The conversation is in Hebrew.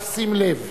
נא לשים לב.